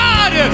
God